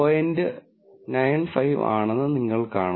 95 ആണെന്ന് നിങ്ങൾ കാണുന്നു